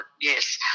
yes